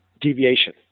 deviation